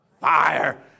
fire